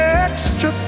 extra